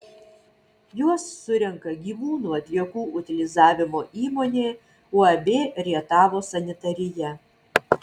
juos surenka gyvūnų atliekų utilizavimo įmonė uab rietavo sanitarija